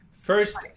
First